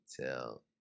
tell